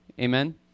Amen